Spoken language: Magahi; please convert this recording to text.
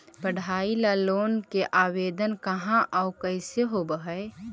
पढाई ल लोन के आवेदन कहा औ कैसे होब है?